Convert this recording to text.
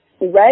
red